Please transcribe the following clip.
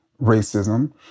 racism